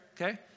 okay